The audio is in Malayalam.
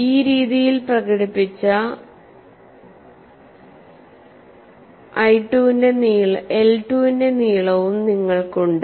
ഈ രീതിയിൽ പ്രകടിപ്പിച്ച I 2 ന്റെ അളവും നിങ്ങൾക്കുണ്ട്